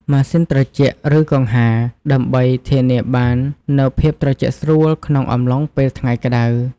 ម៉ាស៊ីនត្រជាក់ ឬកង្ហារ ដើម្បីធានាបាននូវភាពត្រជាក់ស្រួលក្នុងអំឡុងពេលថ្ងៃក្តៅ។